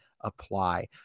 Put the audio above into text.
apply